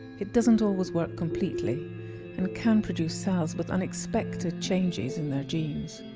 it doesn't always work completely and can produce cells with unexpected changes in their genes.